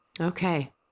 Okay